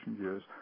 years